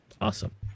awesome